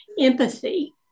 empathy